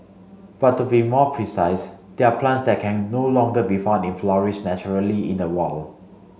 but to be more precise they're plants that can no longer be found in flourish naturally in the wild